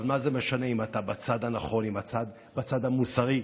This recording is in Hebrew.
אבל מה זה משנה, אם אתה בצד הנכון, בצד ה"מוסרי"?